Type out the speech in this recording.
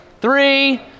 three